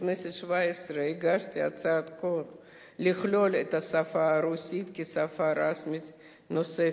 בכנסת השבע-עשרה הגשתי הצעת חוק לכלול את השפה הרוסית כשפה רשמית נוספת.